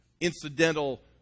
incidental